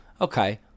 okay